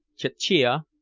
cecina,